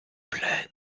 plaines